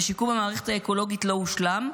ושיקום המערכת האקולוגיות לא הושלם,